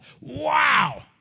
Wow